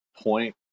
point